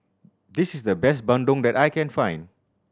this is the best bandung that I can find